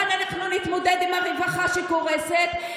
איך אנחנו נתמודד עם הרווחה שקורסת?